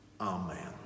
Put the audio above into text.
Amen